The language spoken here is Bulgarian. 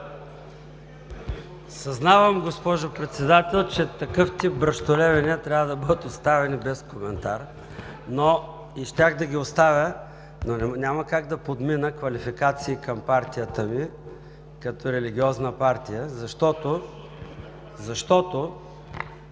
Съзнавам, госпожо Председател, че такъв тип бръщолевене трябва да бъде оставено без коментар. Щях да го оставя, но няма как да подмина квалификации към партията ми, като религиозна партия.